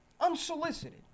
unsolicited